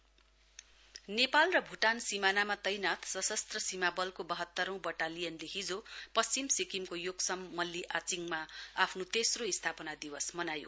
SSB rising day Nepal र भूटान सीमानामा तैनात सशस्त्र सीमा बलको बहत्तरौं बटालियनले हिजो पश्चिम सिक्किमको योक्सम मल्ली आचिङमा आफ्नो तेस्रो स्थापना दिवस मनायो